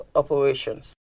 operations